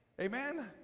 Amen